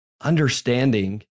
understanding